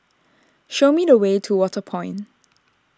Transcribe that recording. show me the way to Waterway Point